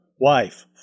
wife